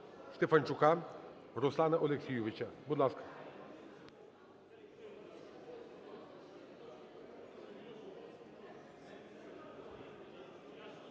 Стефанчука Руслана Олексійовича. Будь ласка.